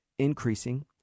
Increasing